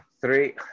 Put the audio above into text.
three